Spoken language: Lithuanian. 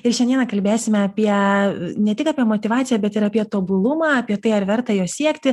ir šiandieną kalbėsime apie ne tik apie motyvaciją bet ir apie tobulumą apie tai ar verta jo siekti